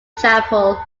chapel